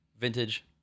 vintage